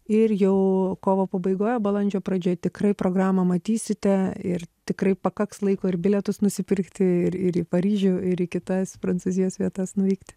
ir jau kovo pabaigoje balandžio pradžioj tikrai programą matysite ir tikrai pakaks laiko ir bilietus nusipirkti ir ir į paryžių ir į kitas prancūzijos vietas nuvykti